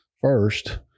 first